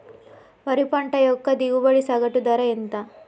వరి పంట యొక్క దిగుబడి సగటు ధర ఎంత?